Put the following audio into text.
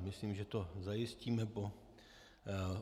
Myslím, že to zajistíme po